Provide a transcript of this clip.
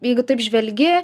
jeigu taip žvelgi